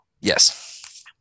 Yes